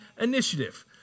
initiative